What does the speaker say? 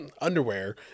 underwear